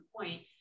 point